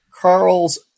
Carl's